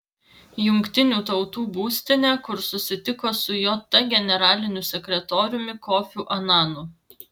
jungtinių tautų būstinę kur susitiko su jt generaliniu sekretoriumi kofiu ananu